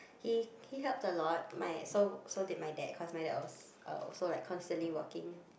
he he helped a lot my so so did my dad cause my dad was uh also like constantly working